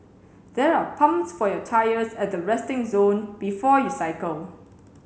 there are pumps for your tyres at the resting zone before you cycle